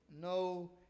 no